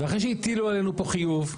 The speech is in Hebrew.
ואחרי שהטילו עלינו פה חיוב,